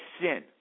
sin